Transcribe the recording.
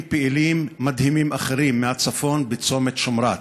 פעילים מדהימים אחרים מהצפון בצומת שומרת.